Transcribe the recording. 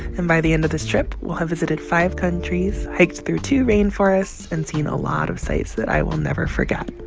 and by the end of this trip, we'll have visited five countries, hiked through two rain forests and seen a lot of sites that i will never forget.